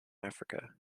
africa